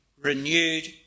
renewed